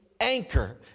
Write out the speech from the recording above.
anchor